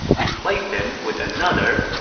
replaced him with another,